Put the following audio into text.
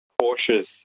cautious